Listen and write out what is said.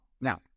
Now